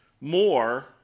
more